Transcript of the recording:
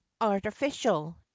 artificial